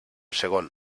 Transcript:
segon